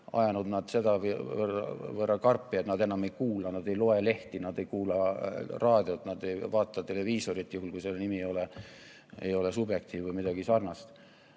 ajanud nad sedavõrd karpi, et nad enam ei kuula, nad ei loe lehti, nad ei kuula raadiot, nad ei vaata televiisorit, juhul kui see nimi ei ole Subjektiiv või Uhhuu Uudised